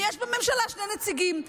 ויש בממשלה שני נציגים.